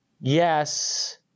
yes